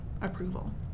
approval